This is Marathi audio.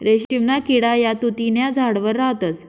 रेशीमना किडा या तुति न्या झाडवर राहतस